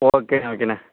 ஓகேண்ணா ஓகேண்ணா